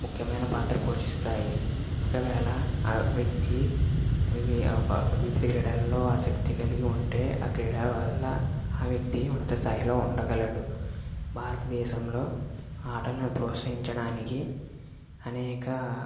ముఖ్యమైన పాత్ర పోషిస్తాయి ఒకవేళ ఆ వ్యక్తి వివిధ క్రీడల్లో ఆసక్తి కలిగి ఉంటే ఆ క్రీడల వల్ల ఆ వ్యక్తి ఉన్నత స్థాయిలో ఉండగలడు భారతదేశంలో ఆటలని ప్రోత్సహించడానికి అనేక